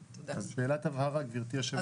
שאלת הבהרה גברתי יושבת הראש.